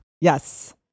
Yes